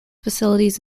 facilities